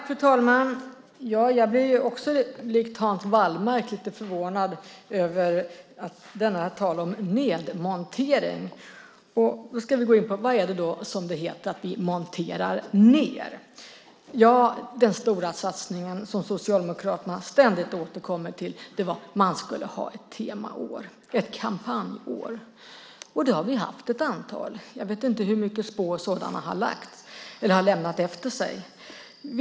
Fru talman! Liksom Hans Wallmark blev också jag lite förvånad över talet här om en nedmontering. Vad är det då som vi, som det heter, monterar ned? Den stora satsning som Socialdemokraterna ständigt återkommer till är att man skulle ha ett temaår, ett kampanjår. Men vi har haft ett antal sådana. Jag vet inte hur mycket spår dessa har lämnat efter sig.